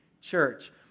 church